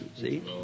See